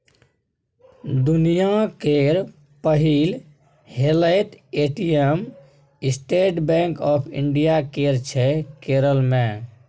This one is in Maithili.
दुनियाँ केर पहिल हेलैत ATM state bank of India केर छै केरल मे